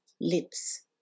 lips